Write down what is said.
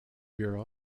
bureau